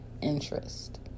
interest